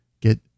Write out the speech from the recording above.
get